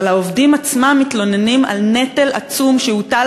אבל העובדים עצמם מתלוננים על נטל עצום שהוטל